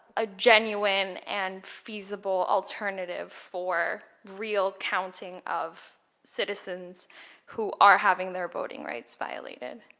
a genuine and feasible alternative for real counting of citizens who are having their voting rights violated?